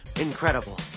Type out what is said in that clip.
Incredible